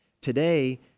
Today